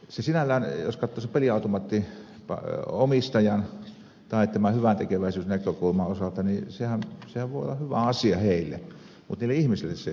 sehän sinällään jos katsoo peliautomaattiomistajan tai tämän hyväntekeväisyysnäkökulman osalta voi olla hyvä asia heille mutta niille ihmisille se ei ole hyvä asia